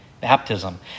Baptism